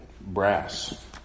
brass